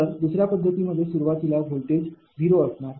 तर दुसर्या पद्धतीमध्ये सुरुवातीला व्होल्टेज 0 असणार